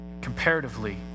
Comparatively